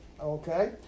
Okay